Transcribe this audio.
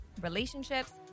relationships